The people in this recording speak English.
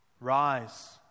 Rise